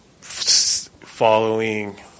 following